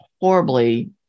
horribly